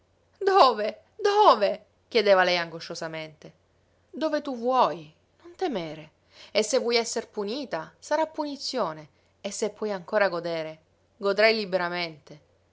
dove dove chiedeva lei angosciosamente dove tu vuoi non temere e se vuoi esser punita sarà punizione e se puoi ancora godere godrai liberamente